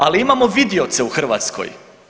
Ali imamo vidioce u Hrvatskoj.